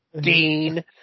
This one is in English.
dean